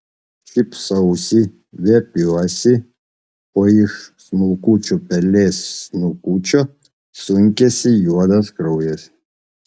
šypsausi viepiuosi o iš smulkučio pelės snukučio sunkiasi juodas kraujas